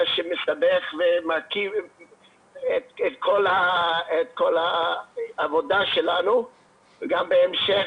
שמסבכת את כל העבודה שלנו אלא גם בהמשך,